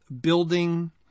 building